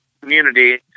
community